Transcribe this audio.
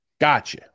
Gotcha